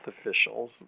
officials